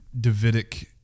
davidic